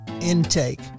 intake